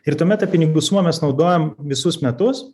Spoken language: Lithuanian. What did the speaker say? ir tuomet tą pinigų sumą mes naudojam visus metus